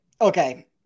Okay